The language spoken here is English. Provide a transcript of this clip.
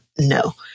no